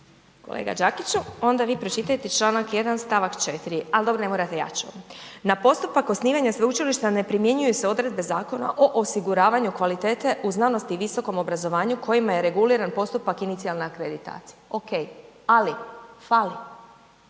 Kolega Đakiću, onda vi pročitajte čl. 1. stavak 4., ali dobro, ne morate, ja ću. „Na postupak osnivanja sveučilišta ne primjenjuju se odredbe Zakona o osiguravanju kvalitete u znanosti i visokom obrazovanju kojima je reguliran postupak inicijalne akreditacije“, ok, ali, fali